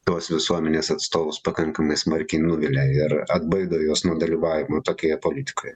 tos visuomenės atstovus pakankamai smarkiai nuvilia ir atbaido juos nuo dalyvavimo tokioje politikoje